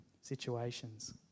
situations